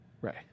Right